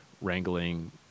wrangling –